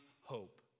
hope